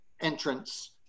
entrance